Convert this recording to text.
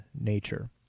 nature